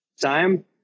time